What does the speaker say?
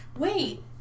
Wait